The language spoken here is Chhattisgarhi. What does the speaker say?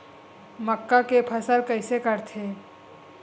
मक्का के फसल कइसे करथे?